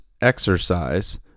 exercise